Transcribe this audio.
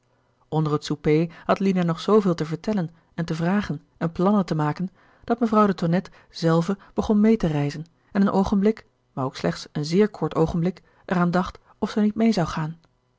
onder het soupé had lina nog zooveel te vertellen en te vragen en plannen te maken dat mevrouw de tonnette zelve begon mee te reizen en een oogenblik maar ook slechts een zeer kort oogenblik er aan dacht of zij niet mee zou gaan